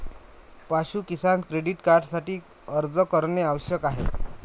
पाशु किसान क्रेडिट कार्डसाठी अर्ज करणे आवश्यक आहे